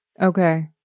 Okay